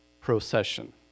procession